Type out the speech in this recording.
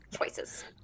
Choices